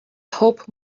hope